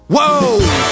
Whoa